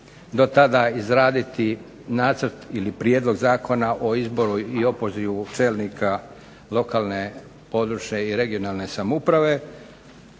do tada izraditi nacrt ili prijedlog zakona o izboru ili opozivu čelnika lokalne, područne i regionalne samouprave,